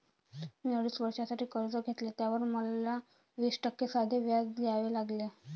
मी अडीच वर्षांसाठी कर्ज घेतले, त्यावर मला वीस टक्के साधे व्याज द्यावे लागले